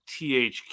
THQ